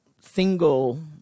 single